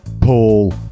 Paul